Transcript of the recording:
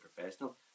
professional